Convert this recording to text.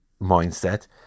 mindset